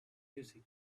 music